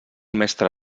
mestre